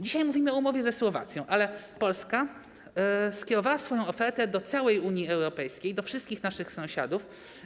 Dzisiaj mówimy o umowie ze Słowacją, ale Polska skierowała swoją ofertę do całej Unii Europejskiej, do wszystkich naszych sąsiadów.